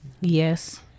Yes